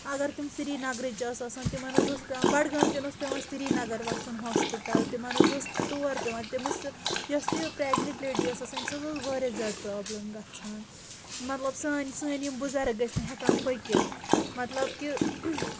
اگر تِم سری نَگرٕچ ٲسۍ آسان تِمن اوس حظ پیوان بڈگام کٮ۪ن اوس پیوان سری نگر وَسُن ہوسپِٹل تِمن حظ ٲس تور پیوان تٔمِس یۄس یہِ پرٛیگنینٹ لیڈی ٲسۍ آسان أمِس حظ ٲس واریاہ زیادٕ پرابلِم گژھان مطلب سٲنۍ سٲنۍ یِم بُزرٕگ ٲسۍ نہٕ ہٮ۪کان پٔکِتھ مطلب کہِ